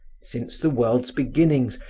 since the world's beginnings,